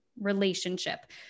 relationship